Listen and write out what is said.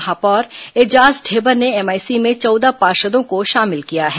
महापौर एजाज ढेबर ने एमआईसी में चौदह पार्षदों को शामिल किया है